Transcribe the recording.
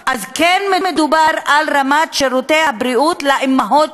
אז כן מדובר על רמת שירותי הבריאות לאימהות